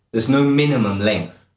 there's no minimum length.